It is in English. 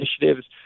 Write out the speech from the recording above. initiatives